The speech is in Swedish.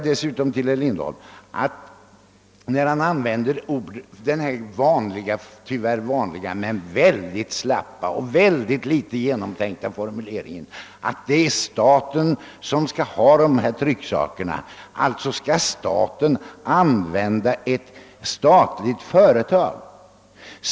Herr Lindholm använde den tyvärr vanliga men väldigt slappa och för litet genomtänkta formuleringen, att eftersom staten skall ha dessa trycksaker skall man anlita ett statligt företag.